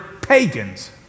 pagans